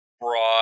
broad